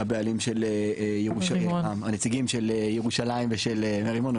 הנציגים של ירושלים ומרימון,